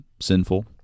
sinful